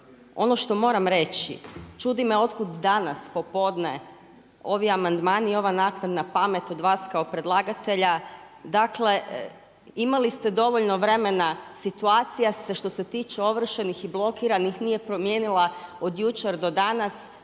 ono što moram reći, čudi me otkud danas popodne ovi amandmani i ova naknadna pamet od vas kao predlagatelja. Dakle, imali s te dovoljno vremena, situacija se što se tiče ovršenih i blokiranih nije promijenila od jučer do danas,